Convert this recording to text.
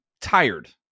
tired